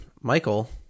Michael